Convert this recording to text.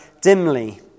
dimly